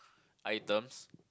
items